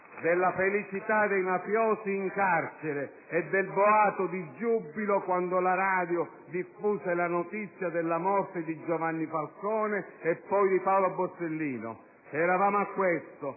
della felicità dei mafiosi in carcere e del boato di giubilo quando la radio diffuse la notizia della morte di Giovanni Falcone e poi di Paolo Borsellino. Eravamo a questo.